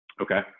Okay